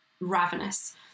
ravenous